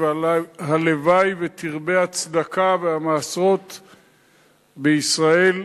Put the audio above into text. והלוואי שירבו הצדקה והמעשרות בישראל.